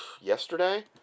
yesterday